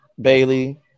Bailey